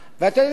ואתם יודעים מה?